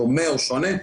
דומה או שונה.